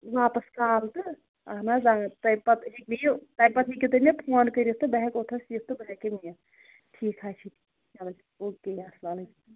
واپَس کال تہٕ اَہن حظ آ تَمہِ پَتہٕ ہیٚکہِ مےٚ یہِ تَمہِ پَتہٕ ہیٚکِو تُہۍ مےٚ فون کٔرِتھ تہٕ بہٕ ہیٚکہٕ اوٚتتھس یِتھ تہٕ بہٕ ہیٚکہٕ یِم نِتھ ٹھیٖک حظ چھُ چلو او کے اَسلامُ علیکُم